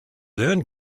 then